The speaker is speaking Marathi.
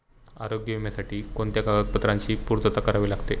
आरोग्य विम्यासाठी कोणत्या कागदपत्रांची पूर्तता करावी लागते?